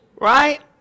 right